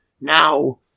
now